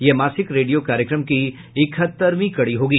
यह मासिक रेडियो कार्यक्रम की इकहत्तरवीं कड़ी होगी